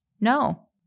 No